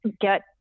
get